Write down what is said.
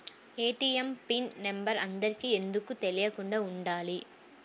ATM pin number అందరికి ఎందుకు తెలియకుండా ఉండాలి?